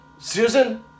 Susan